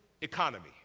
economy